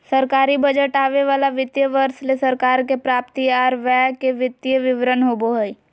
सरकारी बजट आवे वाला वित्तीय वर्ष ले सरकार के प्राप्ति आर व्यय के वित्तीय विवरण होबो हय